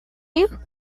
you